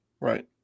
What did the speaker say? right